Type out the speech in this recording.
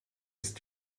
ist